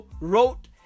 wrote